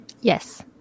Yes